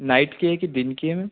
night की है कि दिन की है मैम